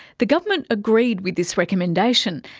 the government agreed with this recommendation,